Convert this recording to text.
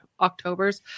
October's